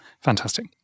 Fantastic